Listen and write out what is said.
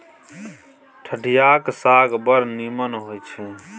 ठढियाक साग बड़ नीमन होए छै